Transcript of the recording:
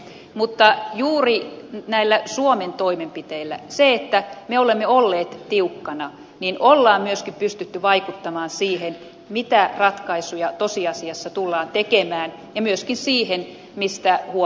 päivä mutta juuri näillä suomen toimenpiteillä sillä että me olemme olleet tiukkana on myös pystytty vaikuttamaan siihen mitä ratkaisuja tosiasiassa tullaan tekemään ja myöskin siihen mistä huomenna keskustellaan